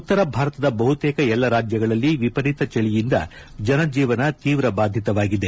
ಉತ್ತರ ಭಾರತದ ಬಹುತೇಕ ಎಲ್ಲಾ ರಾಜ್ಯಗಳಲ್ಲಿ ವಿಪರೀತ ಚಳಿಯಿಂದ ಜನಜೀವನ ತೀವ್ರ ಬಾಧಿತವಾಗಿದೆ